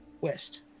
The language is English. west